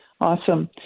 Awesome